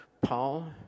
Paul